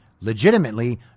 Legitimately